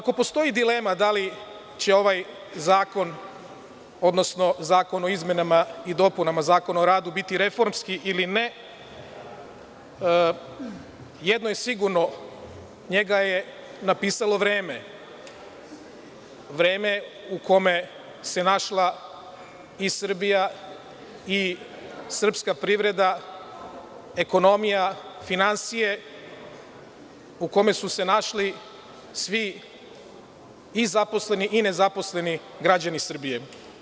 Ako postoji dilema da li će ovaj zakon, odnosno zakon o izmenama i dopunama Zakona o radu biti reformski ili ne, jedno je sigurno – njega je napisalo vreme, vreme u kome se našla i Srbija i srpska privreda, ekonomija, finansije, u kome su se našli svi i zaposleni i nezaposleni građani Srbije.